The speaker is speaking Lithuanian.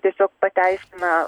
tiesiog pateisina